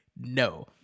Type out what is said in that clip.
no